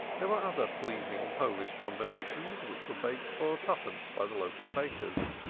there were other pleasing polish combinations which were baked for twopence by the local bakers.